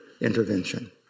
intervention